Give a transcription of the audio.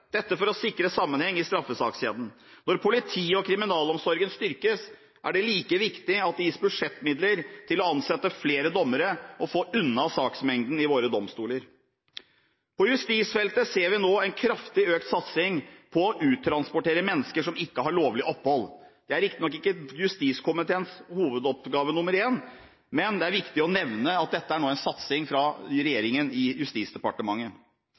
dette er for å sikre sammenheng i straffesakskjeden. Når politiet og kriminalomsorgen styrkes, er det like viktig at det gis budsjettmidler til å ansette flere dommere, slik at vi får unna saksmengden i våre domstoler. På justisfeltet ser vi nå en kraftig økt satsing på å uttransportere mennesker som ikke har lovlig opphold. Det er riktignok ikke justiskomiteens hovedoppgave nummer en, men det er viktig å nevne at dette nå er en satsing fra regjeringen i Justisdepartementet.